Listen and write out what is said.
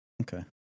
Okay